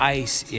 ice